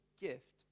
gift